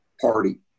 party